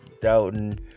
doubting